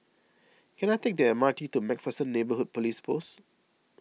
can I take the M R T to MacPherson Neighbourhood Police Post